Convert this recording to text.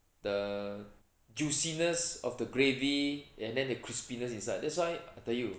the juiciness of the gravy and then the crispiness inside that's why I tell you